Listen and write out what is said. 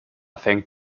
fängt